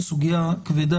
זו סוגיה כבדה,